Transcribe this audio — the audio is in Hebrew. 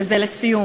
וזה לסיום,